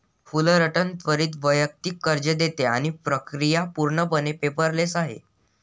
Fullerton त्वरित वैयक्तिक कर्ज देते आणि प्रक्रिया पूर्णपणे पेपरलेस आहे